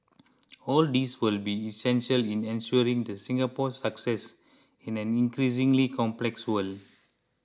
all these will be essential in ensuring the Singapore's success in an increasingly complex world